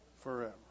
Forever